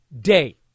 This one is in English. day